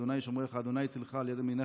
ה' שמרך ה' צלך על יד ימינך.